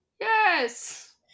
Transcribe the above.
Yes